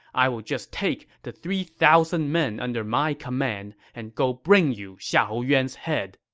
i'll just take the three thousand men under my command and go bring you xiahou yuan's head.